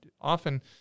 often